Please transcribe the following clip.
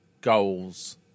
goals